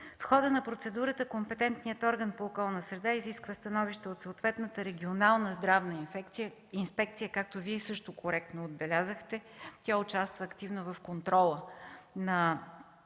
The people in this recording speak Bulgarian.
В хода на процедурата компетентният орган по околна среда изисква становище от съответната регионална здравна инспекция, както Вие също коректно отбелязахте, тя участва активно в контрола на